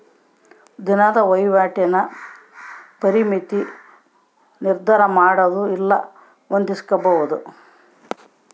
ದಿನದ ವಹಿವಾಟಿನ ಪರಿಮಿತಿನ ನಿರ್ಧರಮಾಡೊದು ಇಲ್ಲ ಹೊಂದಿಸ್ಕೊಂಬದು